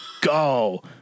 go